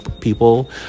people